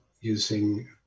using